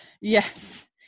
Yes